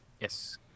Yes